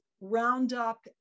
roundup